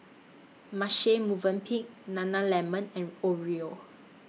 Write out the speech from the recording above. Marche Movenpick Nana Lemon and Oreo